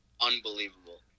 unbelievable